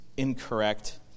incorrect